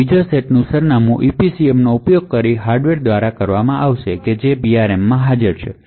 અને બીજો સેટ સરનામું EPCM નો ઉપયોગ કરીને હાર્ડવેર દ્વારા કરવામાં આવે છે જે PRM માં હાજર છે